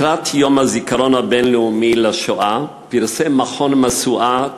לקראת יום הזיכרון הבין-לאומי לשואה פרסם מכון "משואה"